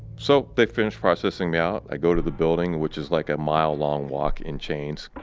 so, they finished processing me out. i go to the building which is like a mile-long walk in chains.